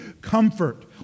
comfort